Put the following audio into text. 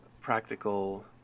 practical